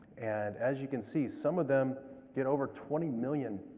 and as you can see, some of them hit over twenty million